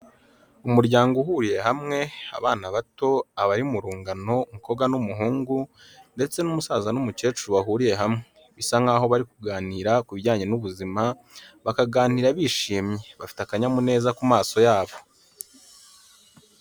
Umuryango uhuriye hamwe, abana bato, abari mu rungano, umukobwa n'umuhungu, ndetse n'umusaza n'umukecuru bahuriye hamwe, bisa nkaho bari kuganira kubi bijyanye n'ubuzima, bakaganira bishimye, bafite akanyamuneza ku maso yabo.